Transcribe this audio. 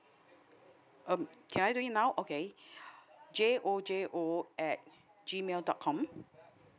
mm can I read it now okay J O J O at G mail dot com